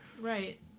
Right